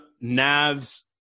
Nav's